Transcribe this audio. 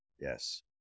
Yes